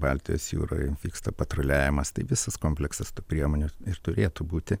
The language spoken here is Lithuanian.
baltijos jūroj vyksta patruliavimas tai visas kompleksas tų priemonių ir turėtų būti